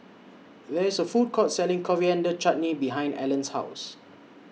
There IS A Food Court Selling Coriander Chutney behind Allan's House